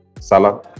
Salah